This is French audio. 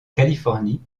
californie